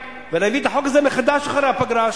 ולהביא את החוק הזה מחדש אחרי הפגרה,